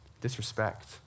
disrespect